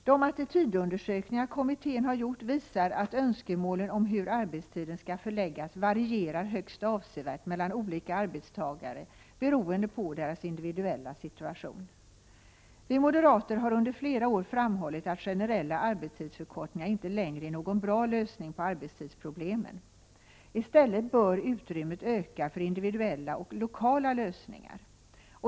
De attitydundersökningar kommittén gjort visar att önskemålen om hur arbetstiden skall förläggas varierar högst avsevärt mellan olika arbetstagare beroende på deras individuella situation. Vi moderater har under flera år framhållit att generella arbetstidsförkortningar inte längre är någon bra lösning på arbetstidsproblemen. I stället bör utrymmet öka för individuella och lokala lösningar.